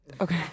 Okay